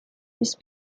this